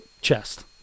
chest